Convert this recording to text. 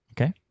Okay